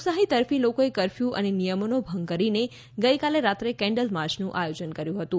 લોકશાહી તરફી લોકોએ કફર્યૂ અને નિયમોનો ભંગ કરીને ગઈકાલે રાત્રે કેન્ડલ માર્ચનું આયોજન કર્યું હતું